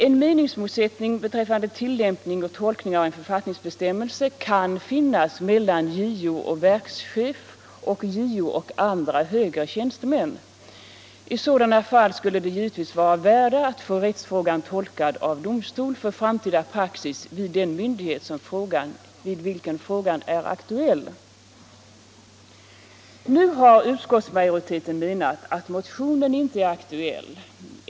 En meningsmotsättning beträffande tillämpning och tolkning av en författningsbestämmelse kan finnas mellan JO och verkschef och mellan JO och andra högre tjänstemän. I sådana fall skulle det givetvis vara av värde att få rättsfrågan tolkad av domstol för framtida praxis hos den myndighet som frågan gäller. Nu har utskottsmajoriteten menat att motionen inte är aktuell.